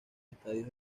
estadios